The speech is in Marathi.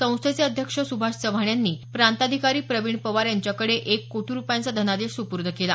संस्थेचे अध्यक्ष सुभाष चव्हाण यांनी प्रांताधिकारी प्रवीण पवार यांच्याकडे एक कोटी रूपयांचा धनादेश सुपूर्द केला